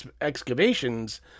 excavations